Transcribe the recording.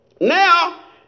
Now